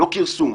לא כרסום,